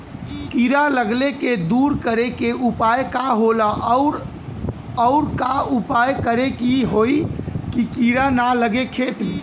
कीड़ा लगले के दूर करे के उपाय का होला और और का उपाय करें कि होयी की कीड़ा न लगे खेत मे?